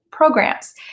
programs